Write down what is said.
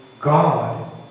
God